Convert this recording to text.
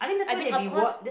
i mean of course